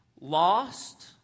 lost